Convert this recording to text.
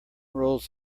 rolls